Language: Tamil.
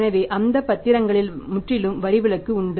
எனவே அந்த பத்திரங்கள் முற்றிலும் வரி விலக்கு உண்டு